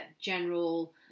general